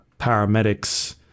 paramedics